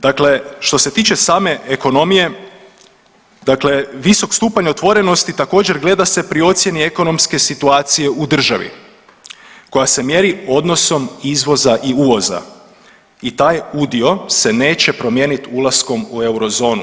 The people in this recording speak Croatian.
Dakle, što se tiče same ekonomije, dakle visok stupanj otvorenosti također gleda se pri ocjeni ekonomske situacije u državi koja se mjeri odnosom izvoza i uvoza i taj udio se neće promijeniti ulaskom u eurozonu.